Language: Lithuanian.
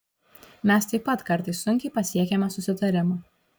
mes taip pat kartais sunkiai pasiekiame susitarimą